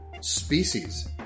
species